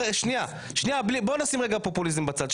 שנייה בוא נשים פופוליזם בצד,